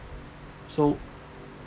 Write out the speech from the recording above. so